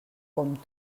com